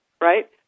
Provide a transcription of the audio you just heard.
right